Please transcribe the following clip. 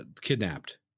kidnapped